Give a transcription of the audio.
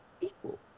Equal